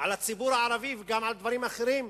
על הציבור הערבי וגם על דברים אחרים.